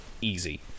Easy